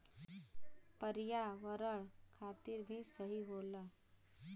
पर्यावरण खातिर भी सही होला